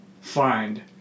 Find